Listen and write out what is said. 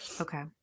okay